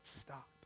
stop